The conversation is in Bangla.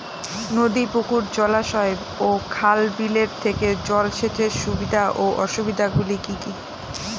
নদী পুকুর জলাশয় ও খাল বিলের থেকে জল সেচের সুবিধা ও অসুবিধা গুলি কি কি?